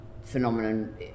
phenomenon